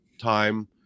time